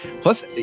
Plus